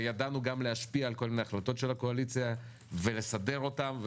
וידענו גם להשפיע על כל מיני החלטות של הקואליציה ולהסדר אותן,